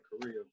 Korea